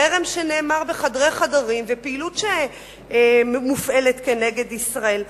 חרם שנאמר בחדרי חדרים ופעילות שמופעלת כנגד ישראל.